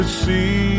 see